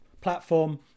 platform